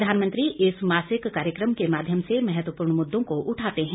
प्रधानमंत्री इस मासिक कार्यक्रम के माध्यम से महत्वपूर्ण मुद्दों को उठाते हैं